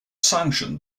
sanctioned